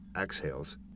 exhales